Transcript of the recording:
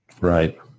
Right